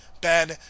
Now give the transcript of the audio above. Ben